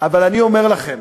אבל אני אומר לכם,